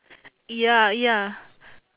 ya ya